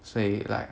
所以 like